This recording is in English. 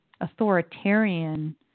authoritarian